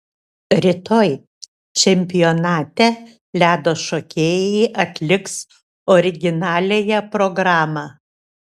rytoj čempionate ledo šokėjai atliks originaliąją programą